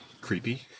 creepy